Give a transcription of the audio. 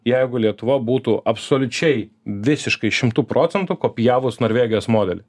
jeigu lietuva būtų absoliučiai visiškai šimtu procentų kopijavus norvegijos modelį